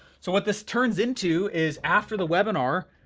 so what this turns into is after the webinar,